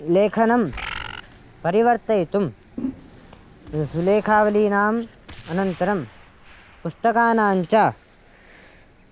लेखनं परिवर्तयितुं सुलेखावलीनाम् अनन्तरं पुस्तकानां च